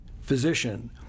physician—